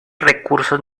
recursos